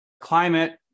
climate